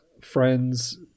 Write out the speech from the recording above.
friends